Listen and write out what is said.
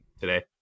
today